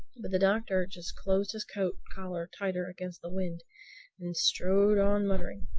but the doctor just closed his coat-collar tighter against the wind and strode on muttering,